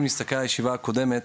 אם נסתכל על הישיבה הקודמת,